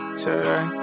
today